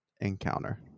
encounter